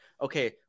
okay